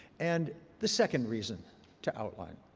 and the second reason to outline.